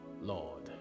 Lord